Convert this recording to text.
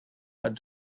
but